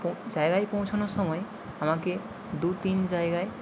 তো জায়গায় পৌঁছানোর সময় আমাকে দু তিন জায়গায়